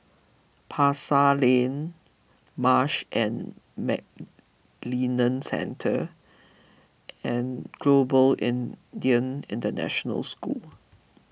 Pasar Lane Marsh and McLennan Centre and Global Indian International School